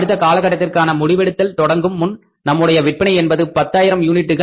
அடுத்த காலகட்டத்திற்க்கான முடிவெடுத்தல் தொடங்கும் முன் நம்முடைய விற்பனை என்பது பத்தாயிரம் யூனிட்டுகள்